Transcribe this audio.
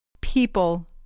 People